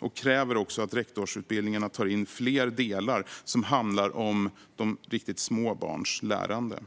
Det kräver också att rektorsutbildningarna tar in fler delar som handlar om riktigt små barns lärande.